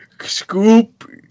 scoop